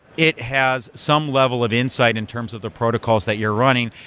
it has some level of insight in terms of the protocols that you're running.